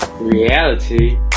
Reality